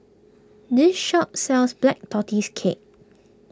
this shop sells Black Tortoise Cake